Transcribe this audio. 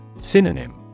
Synonym